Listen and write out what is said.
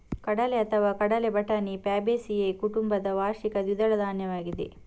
ಕಡಲೆಅಥವಾ ಕಡಲೆ ಬಟಾಣಿ ಫ್ಯಾಬೇಸಿಯೇ ಕುಟುಂಬದ ವಾರ್ಷಿಕ ದ್ವಿದಳ ಧಾನ್ಯವಾಗಿದೆ